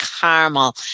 caramel